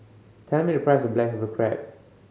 tell me the price of black pepper crab